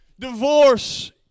Divorce